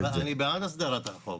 אני בעד הסדרת החוק.